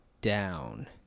down